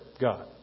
God